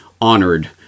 honored